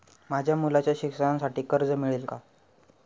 माझ्या मुलाच्या शिक्षणासाठी कर्ज मिळेल काय?